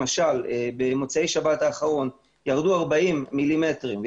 למשל במוצאי השבת האחרונה ירדו 40 מילימטרים בשעה אחת,